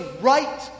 right